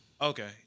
Okay